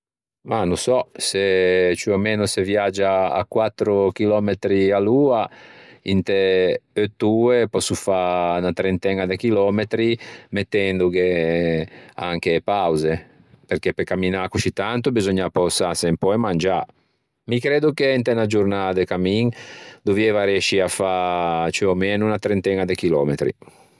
Ma no sò, se ciù o meno se viagia à quattro chillòmetri à l'oa inte eutt'oe pòsso fâ unna trenteña de chillòmetri mettendoghe anche e pause, perché pe camminâ coscì tanto beseugna appösâse un pö e mangiâ. Mi creddo che inte unna giornâ de cammin dovieiva arriescî à fâ ciù o meno unna trenteña de chillòmetri.